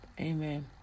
amen